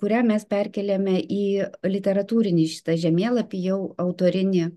kurią mes perkeliame į literatūrinį šitą žemėlapį jau autorinį